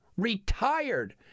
retired